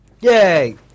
Yay